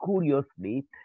curiously